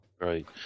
Right